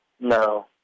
No